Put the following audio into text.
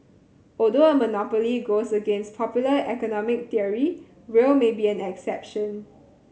although a monopoly goes against popular economic theory rail may be an exception